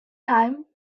time